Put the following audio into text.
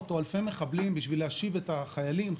או אלפי מחבלים בשביל להשיב את החיילים,